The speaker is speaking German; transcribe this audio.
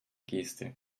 geste